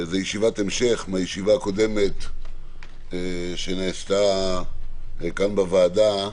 זאת ישיבת המשך מהישיבה הקודמת שנעשתה כאן בוועדה